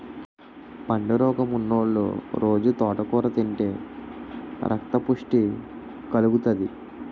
పాండురోగమున్నోలు రొజూ తోటకూర తింతే రక్తపుష్టి కలుగుతాది